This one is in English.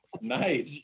nice